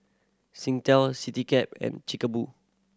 Singtel Citycab and Chic Boo